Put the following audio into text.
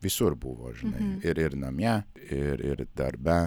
visur buvo žinai ir ir namie ir ir darbe